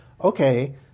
okay